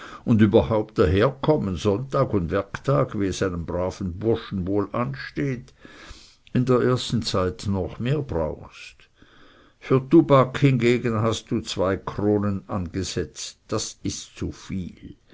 und überhaupt daherkommen sonntag und werktag wie es einem braven burschen wohl ansteht in der ersten zeit noch mehr brauchst für tubak hingegen hast du zwei kronen angesetzt das ist zu viel